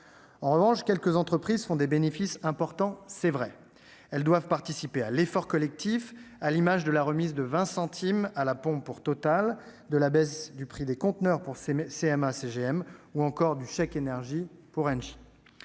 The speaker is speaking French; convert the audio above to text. En revanche, quelques entreprises font des bénéfices importants, c'est vrai. Elles doivent participer à l'effort collectif, à l'image de la remise de 20 centimes à la pompe pour TotalEnergies, de la baisse du prix des conteneurs pour CMA-CGM ou du chèque énergie pour Engie.